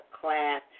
class